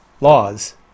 laws